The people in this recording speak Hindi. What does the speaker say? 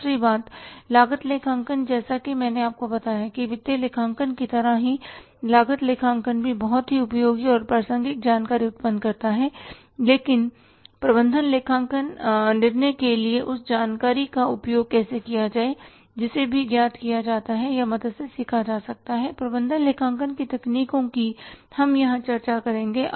दूसरी बात लागत लेखांकन जैसा कि मैंने आपको बताया था वित्तीय लेखांकन की तरह ही लागत लेखांकन भी बहुत उपयोगी और प्रासंगिक जानकारी उत्पन्न करता है लेकिन प्रबंधन निर्णय के लिए उस जानकारी का उपयोग कैसे करें जिसे भी ज्ञात किया जाता है या मदद से सीखा जा सकता है प्रबंधन लेखांकन की तकनीकों की हम यहां चर्चा करेंगे